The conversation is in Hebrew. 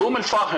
באום אל פחם,